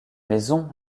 maison